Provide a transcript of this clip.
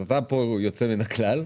אז אתה יוצא מן הכלל,